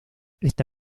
esta